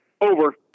over